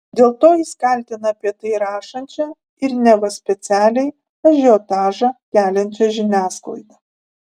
dėl to jis kaltina apie tai rašančią ir neva specialiai ažiotažą keliančią žiniasklaidą